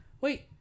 wait